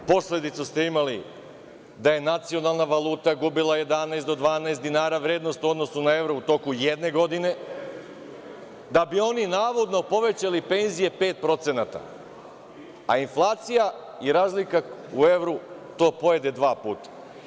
Posledicu ste imali da je nacionalna valuta gubila 11 do 12 dinara vrednost u odnosu na evro u toku jedne godine, da bi oni navodno povećali penzije 5%, a inflacija i razlika u evru to pojede dva puta.